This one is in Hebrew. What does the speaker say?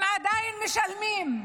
הם עדיין משלמים.